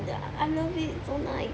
ya I love it so nice